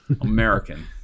American